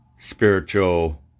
spiritual